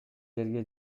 жерге